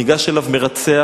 ניגש אליו מרצח,